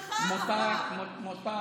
זמנך עבר.